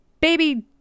baby